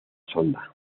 sonda